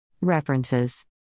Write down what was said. References